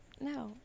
no